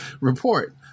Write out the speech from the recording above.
report